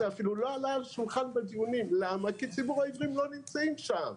זה אפילו לא עלה על שולחן הדיונים כי ציבור העיוורים לא נמצא שם.